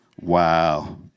Wow